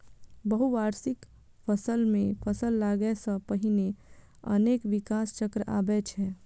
बहुवार्षिक फसल मे फल लागै सं पहिने अनेक विकास चक्र आबै छै